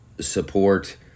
support